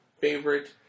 favorite